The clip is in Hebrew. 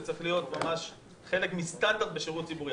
זה צריך להיות חלק מסטנדרט בשירות ציבורי.